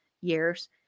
years